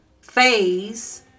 phase